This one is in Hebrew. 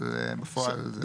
אבל בפועל.